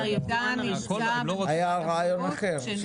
היה רעיון אחר.